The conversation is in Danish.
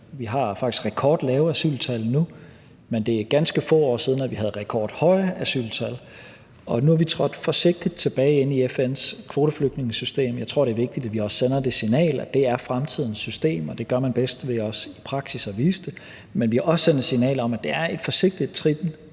vi har faktisk rekordlave asyltal nu. Men det er ganske få år siden, at vi havde rekordhøje asyltal. Og nu har vi trådt forsigtigt tilbage ind i FN's kvoteflygtningesystem. Jeg tror, det er vigtigt, at vi også sender det signal, at det er fremtidens system, og det gør man bedst ved også i praksis at vise det. Men vi har også sendt et signal om, at der er et forsigtigt trin